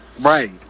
Right